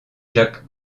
jacques